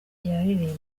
yaririmbye